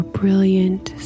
brilliant